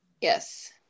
Yes